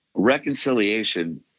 Reconciliation